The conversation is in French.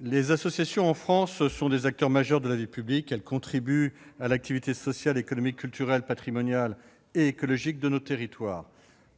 les associations sont des acteurs majeurs de la vie publique. Elles contribuent à l'activité sociale, économique, culturelle, patrimoniale et écologique de nos territoires.